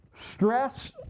stress